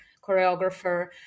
choreographer